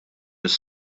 mis